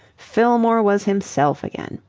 fillmore was himself again.